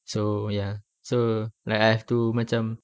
so ya so like I have to macam